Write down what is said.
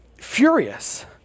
furious